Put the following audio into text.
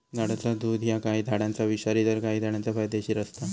झाडाचा दुध ह्या काही झाडांचा विषारी तर काही झाडांचा फायदेशीर असता